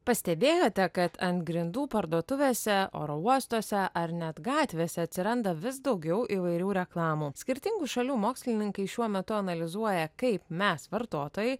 pastebėjote kad ant grindų parduotuvėse oro uostuose ar net gatvėse atsiranda vis daugiau įvairių reklamų skirtingų šalių mokslininkai šiuo metu analizuoja kaip mes vartotojai